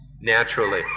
naturally